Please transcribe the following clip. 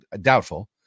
Doubtful